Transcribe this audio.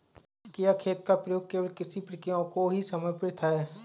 क्या खेत का प्रयोग केवल कृषि प्रक्रियाओं को ही समर्पित है?